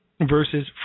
Versus